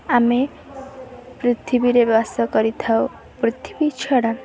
ଆମେ ପୃଥିବୀରେ ବାସ କରିଥାଉ ପୃଥିବୀ ଛଡ଼ା